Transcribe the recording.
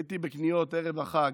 הייתי בקניות בערב החג,